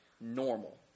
normal